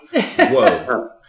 Whoa